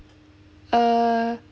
uh